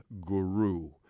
Guru